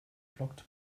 flockt